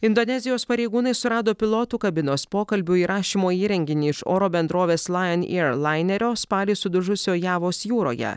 indonezijos pareigūnai surado pilotų kabinos pokalbių įrašymo įrenginį iš oro bendrovės lajen ier lainerio spalį sudužusio javos jūroje